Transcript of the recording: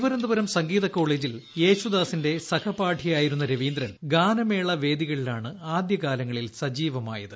തിരുവനന്തപുരം സംഗീത കോളേജിൽ യേശുദാസിന്റെ സഹപാഠിയായിരുന്ന രവീന്ദ്രൻ ഗാനമേള വേദികളിലാണ് ആദ്യകാലങ്ങളിൽ സജീവമായത്